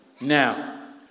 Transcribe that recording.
Now